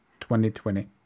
2020